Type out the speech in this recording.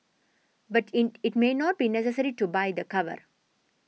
but it may not be necessary to buy the cover